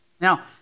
Now